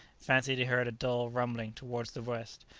fancied he heard a dull rumbling towards the west.